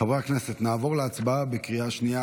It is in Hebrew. חברי הכנסת, נעבור להצבעה בקריאה שנייה.